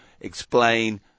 explain